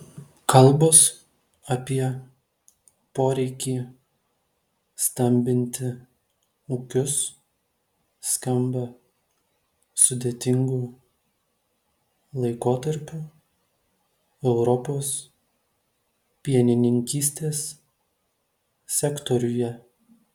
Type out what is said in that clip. kalbos apie poreikį stambinti ūkius skamba sudėtingu laikotarpiu europos pienininkystės sektoriuje